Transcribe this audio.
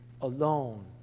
alone